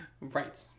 Right